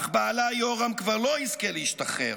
אך בעלה יורם כבר לא יזכה להשתחרר,